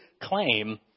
claim